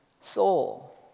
soul